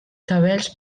cabells